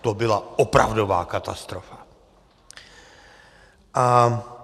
To byla opravdová katastrofa.